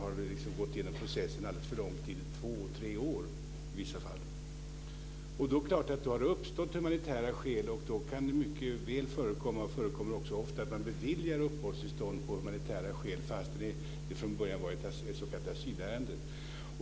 De har gått igenom processen under alldeles för lång tid - två tre år i vissa fall. Då är det klart att det har uppstått humanitär skäl. Då kan det mycket väl förekomma, och förekommer också ofta, att man beviljar uppehållstillstånd av humanitära skäl trots att från början varit s.k. asylärenden.